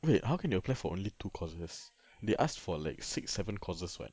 wait how can you apply for only two courses they asked for like six seven courses [what]